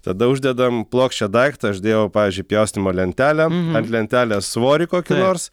tada uždedam plokščią daiktą aš dėjau pavyzdžiui pjaustymo lentelę ant lentelės svorį kokį nors